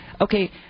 Okay